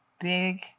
big